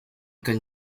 can